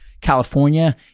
California